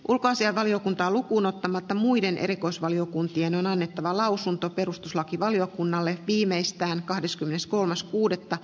ulkoasianvaliokuntaa lukuunottamatta muiden erikoisvaliokuntien on annettava lausunto perustuslakivaliokunnalle viimeistään liikkuvat vapaasti